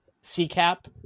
C-CAP